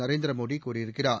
நரேந்திர மோடி கூறியிருக்கிறார்